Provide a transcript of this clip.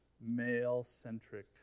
male-centric